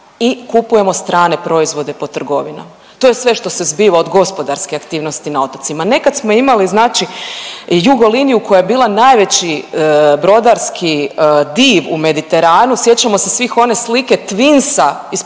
i kupujemo strane proizvode po trgovinama, to je sve što se zbiva od gospodarske aktivnosti na otocima. Nekad smo imali znači Jugoliniju koja je bila najveći brodarski div u Mediteranu, sjećamo se svih one slike Twinsa